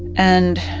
and